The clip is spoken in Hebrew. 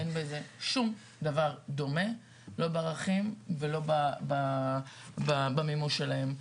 אין בזה שום דבר דומה, לא בערכים ולא במימוש שלהם.